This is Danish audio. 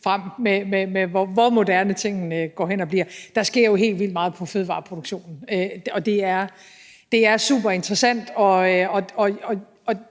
frem med, hvor moderne tingene går hen og bliver. Der sker jo helt vildt meget med fødevareproduktionen, og det er super interessant. Vi